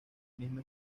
misma